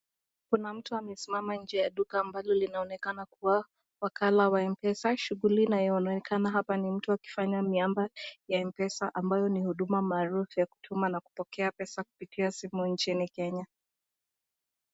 Kuna mtu ameweza kusimama nje ya duka ambalo linaonekana kuwa makala wa mpesa shuguli inayoonekana hapa ni mtu akifanya miamba ya mpesa ambayo ni huduma maarufu ya kutuma na kupokea pesa kupitia simu nchini Kenya.